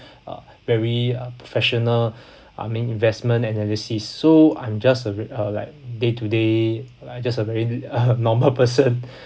uh very uh professional I mean investment analysis so I'm just a ve~ uh like day to day just a very normal person